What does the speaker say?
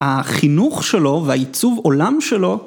החינוך שלו והעיצוב עולם שלו